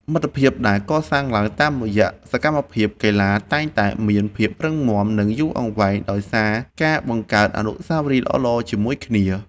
មិត្តភាពដែលកសាងឡើងតាមរយៈសកម្មភាពកីឡាតែងតែមានភាពរឹងមាំ និងយូរអង្វែងដោយសារការបង្កើតអនុស្សាវរីយ៍ល្អៗជាមួយគ្នា។